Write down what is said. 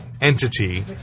entity